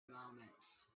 moments